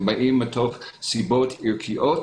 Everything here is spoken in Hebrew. הם באים מסיבות ערכיות,